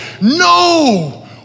no